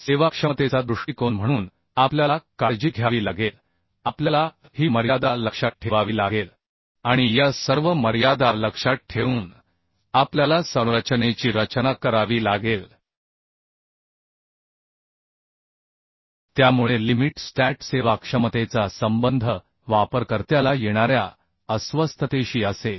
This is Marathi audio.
सेवाक्षमतेचा दृष्टीकोन म्हणून आपल्याला काळजी घ्यावी लागेल आपल्याला ही मर्यादा लक्षात ठेवावी लागेल आणि या सर्व मर्यादा लक्षात ठेवून आपल्याला संरचनेची रचना करावी लागेल त्यामुळे लिमीट स्टॅट सेवाक्षमतेचा संबंध वापरकर्त्याला येणाऱ्या अस्वस्थतेशी असेल